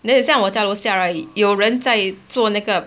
then 很像我家楼下 right 有人在做那个